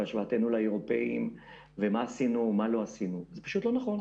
על השוואתנו לאירופאים ועל מה עשינו ומה לא עשינו זה פשוט לא נכון.